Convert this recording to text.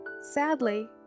Sadly